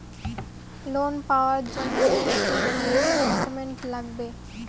Loan পাওয়ার জন্যে কি কি ডকুমেন্ট লাগবে?